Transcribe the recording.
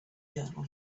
journal